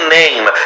name